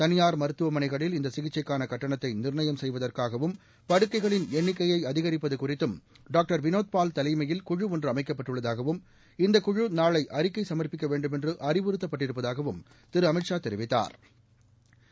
தளியார் மருத்துவமனைகளில் இந்த சிகிச்சைக்கான கட்டணத்தை நிர்ணயம் செய்வதற்காகவும் படுக்கைகளின் என்ணிக்கையை அதிகரிப்பது குறித்தும் டாக்டர் வினோத் பால் தலைமயில் குழு ஒன்று அமைக்கப்பட்டுள்ளதாகவும் வேண்டுனெறு அறிவுறுத்தப்பட்டிருப்பதாகவும் திரு அமித்ஷா தெரிவித்தாா்